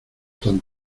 tan